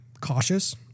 cautious